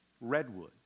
redwood